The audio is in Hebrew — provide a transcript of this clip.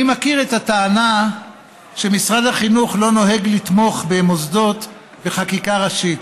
אני מכיר את הטענה שמשרד החינוך לא נוהג לתמוך במוסדות בחקיקה ראשית.